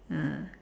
ah